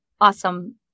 awesome